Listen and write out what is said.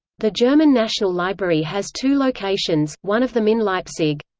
the german national library has two locations, one of them in leipzig.